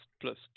plus